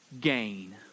gain